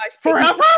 forever